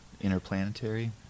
interplanetary